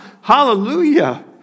hallelujah